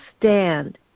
stand